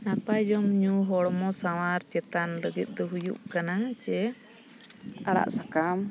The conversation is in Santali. ᱱᱟᱯᱟᱭ ᱡᱚᱢ ᱧᱩ ᱦᱚᱲᱢᱚ ᱥᱟᱶᱟᱨ ᱪᱮᱛᱟᱱ ᱞᱟᱹᱜᱤᱫ ᱫᱚ ᱦᱩᱭᱩᱜ ᱠᱟᱱᱟ ᱡᱮ ᱟᱲᱟᱜ ᱥᱟᱠᱟᱢ